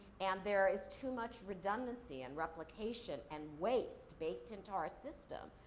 and there is too much redundancy and replication and waste baked into our system.